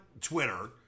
twitter